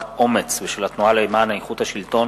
אומ"ץ ושל התנועה למען איכות השלטון